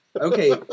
Okay